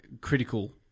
critical